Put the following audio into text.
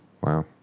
Wow